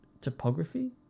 topography